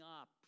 up